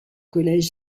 collège